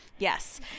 yes